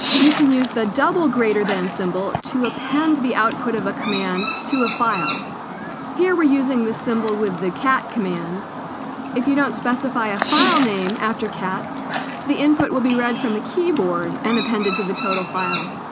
you can use the double greater-than symbol to append the output of a command to a file here we're using this symbol with the cat command if you don't specify a file name after cat the input will be read from the keyboard and appended to the total file